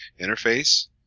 interface